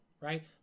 right